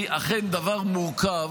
היא אכן דבר מורכב,